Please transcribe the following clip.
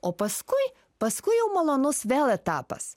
o paskui paskui jau malonus vėl etapas